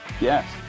Yes